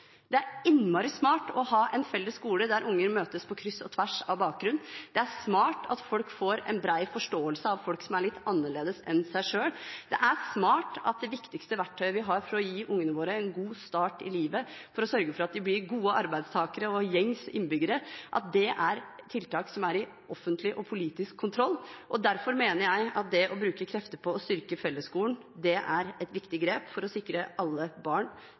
Det er innmari smart å ha en felles skole der unger møtes på kryss og tvers av bakgrunn. Det er smart at folk får en bred forståelse av folk som er litt annerledes enn seg selv. Det er smart at det viktigste verktøyet vi har for å gi ungene våre en god start i livet, for å sørge for at de blir gode arbeidstakere og gjengs innbyggere, er tiltak som er i offentlig og politisk kontroll. Derfor mener jeg at det å bruke krefter på å styrke fellesskolen er et viktig grep for å sikre alle barn